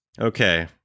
Okay